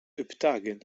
upptagen